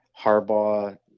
Harbaugh